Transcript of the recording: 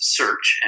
search